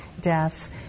deaths